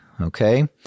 okay